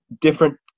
different